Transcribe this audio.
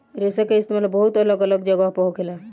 रेशा के इस्तेमाल बहुत अलग अलग जगह पर होखेला